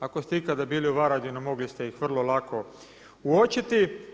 Ako ste ikada bili u Varaždinu mogli ste ih vrlo lako uočiti.